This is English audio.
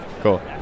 Cool